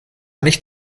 nicht